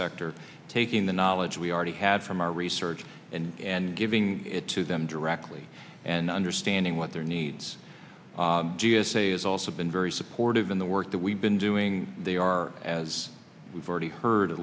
sector taking the knowledge we already had from our research and giving it to them directly and understanding what their needs g s a is also been very supportive in the work that we've been doing they are as we've already heard